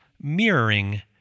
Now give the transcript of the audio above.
mirroring